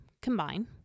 combine